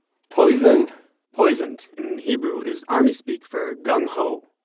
poisoned poisoned in hebrew, is army-speak for gung-ho.